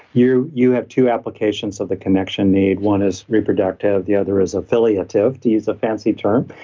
you you have two applications of the connection need. one is reproductive, the other is affiliative to use a fancy term,